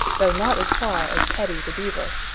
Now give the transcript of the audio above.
though not as far as paddy the beaver.